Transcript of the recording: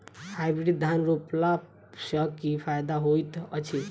Hybrid धान रोपला सँ की फायदा होइत अछि?